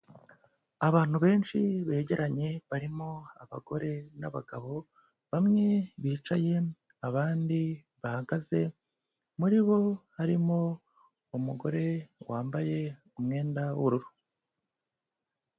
Abantu benshi begeranye, barimo abagore n'abagabo, bamwe bicaye, abandi bahagaze, muri bo harimo umugore wambaye umwenda w'ubururu.